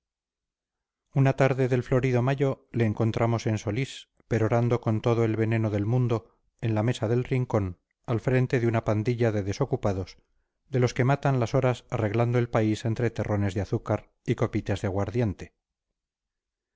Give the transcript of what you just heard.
una tarde del florido mayo le encontramos en solís perorando con todo el veneno del mundo en la mesa del rincón al frente de una pandilla de desocupados de los que matan las horas arreglando el país entre terrones de azúcar y copitas de aguardiente